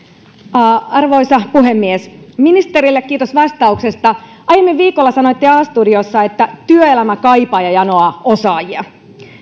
arvoisa puhemies ministerille kiitos vastauksesta aiemmin viikolla sanoitte a studiossa että työelämä kaipaa ja janoaa osaajia